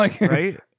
right